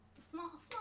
Small